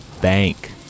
bank